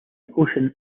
ocean